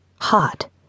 hot